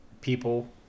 people